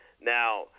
Now